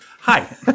Hi